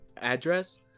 address